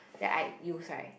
then I use right